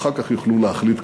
ואחר כך יוכלו להחליט,